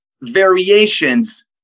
variations